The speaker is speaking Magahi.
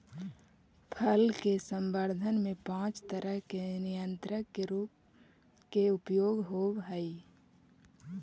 फल के संवर्धन में पाँच तरह के नियंत्रक के उपयोग होवऽ हई